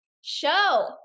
show